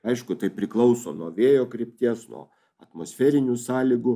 aišku tai priklauso nuo vėjo krypties nuo atmosferinių sąlygų